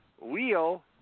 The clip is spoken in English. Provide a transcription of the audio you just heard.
Wheel